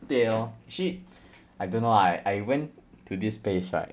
对 lor actually I don't know ah I I went to this place right